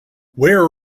where